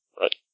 Right